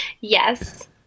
Yes